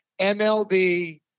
MLB